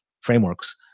frameworks